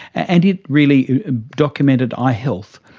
and it really documented eye health.